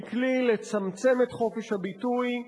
היא כלי לצמצם את חופש הביטוי,